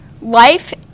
Life